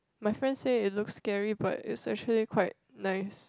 my friend say it looks scary but is actually it quite nice